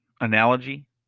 analogy